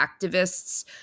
activists